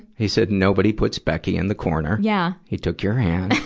he said, nobody puts becky in the corner. yeah he took your hand.